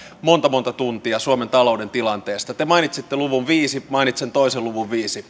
monta monta tuntia suomen talouden tilanteesta te mainitsitte luvun viisi mainitsen toisen luvun viisi